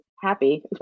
happy